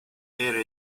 era